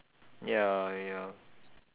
ya ya